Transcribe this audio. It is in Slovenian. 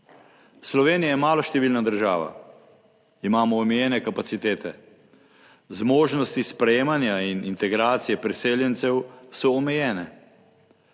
Slovenija je maloštevilna država, imamo omejene kapacitete, zmožnosti sprejemanja in integracije priseljencev so omejene.